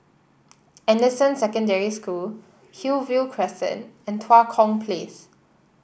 Anderson Secondary School Hillview Crescent and Tua Kong Place